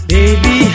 Baby